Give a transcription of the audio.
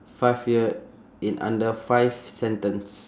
five year in under five sentence